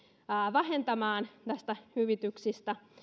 vähentämään näistä hyvityksistä